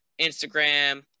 Instagram